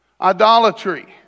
idolatry